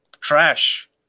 trash